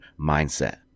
mindset